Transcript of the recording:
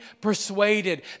persuaded